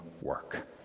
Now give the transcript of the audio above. work